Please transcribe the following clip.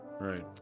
Right